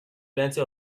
plenty